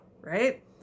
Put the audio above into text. right